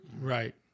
Right